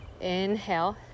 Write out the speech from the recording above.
Inhale